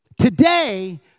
today